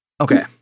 okay